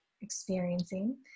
experiencing